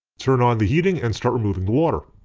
turn on the heating and start removing the water.